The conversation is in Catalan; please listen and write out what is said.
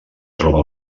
troba